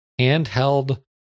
handheld